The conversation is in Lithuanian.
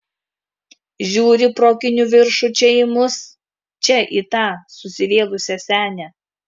žiūri pro akinių viršų čia į mus čia į tą susivėlusią senę